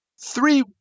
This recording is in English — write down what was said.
three